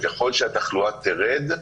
וככל שהתחלואה תרד,